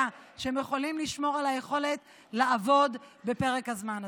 שהם יכולים לשמור על היכולת לעבוד בפרק הזמן הזה.